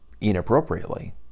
inappropriately